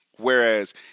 Whereas